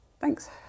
Thanks